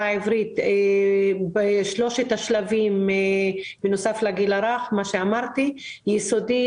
העברית הדבורה בשלושת השלבים בנוסף לגיל הרך: יסודי,